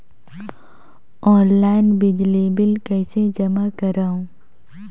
Online बिजली bill कइसे जमा करव?